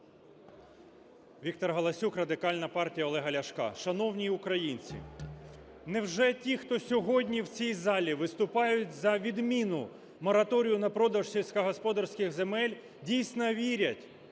Віктор Галасюк, Радикальна партія Олега Ляшка. Шановні українці, невже ті, хто сьогодні в цій залі виступають за відміну мораторію на продаж сільськогосподарських земель, дійсно вірять,